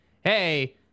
Hey